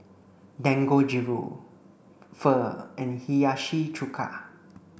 Dangojiru Pho and Hiyashi Chuka